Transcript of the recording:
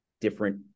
different